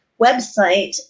website